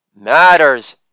matters